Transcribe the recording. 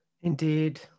Indeed